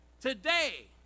Today